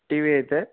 TV అయితే